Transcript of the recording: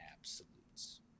absolutes